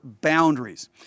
boundaries